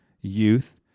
youth